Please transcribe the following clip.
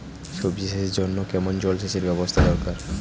সবজি চাষের জন্য কেমন জলসেচের ব্যাবস্থা দরকার?